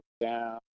down